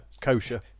kosher